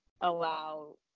allow